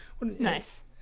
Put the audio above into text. Nice